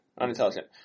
Unintelligent